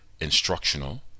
instructional